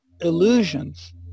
illusions